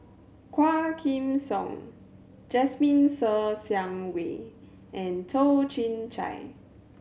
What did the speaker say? Quah Kim Song Jasmine Ser Xiang Wei and Toh Chin Chye